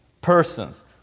persons